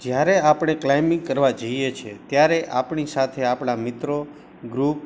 જયારે આપણે ક્લાઇમ્બિંગ કરવાં જઇએ છીએ ત્યારે આપણી સાથે આપણાં મિત્રો ગ્રૂપ